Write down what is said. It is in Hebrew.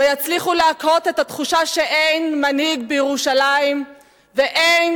לא יצליחו להקהות את התחושה שאין מנהיג בירושלים ואין,